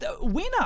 winner